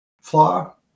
flaw